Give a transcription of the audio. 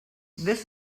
this